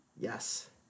Yes